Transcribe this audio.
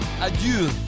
adieu